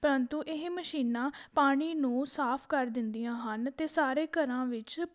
ਪਰੰਤੂ ਇਹ ਮਸ਼ੀਨਾਂ ਪਾਣੀ ਨੂੰ ਸਾਫ ਕਰ ਦਿੰਦੀਆਂ ਹਨ ਅਤੇ ਸਾਰੇ ਘਰਾਂ ਵਿੱਚ